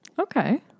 Okay